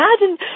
imagine